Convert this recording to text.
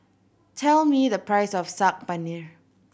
tell me the price of Saag Paneer